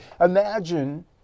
Imagine